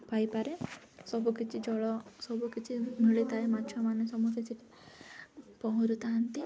ପାଇପାରେ ସବୁକିଛି ଜଳ ସବୁକିଛି ମିଳିଥାଏ ମାଛମାନେ ସମସ୍ତେ ସେଇଠି ପହଁରୁଥାନ୍ତି